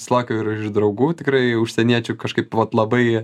sulaukiau ir iš draugų tikrai užsieniečių kažkaip vat labai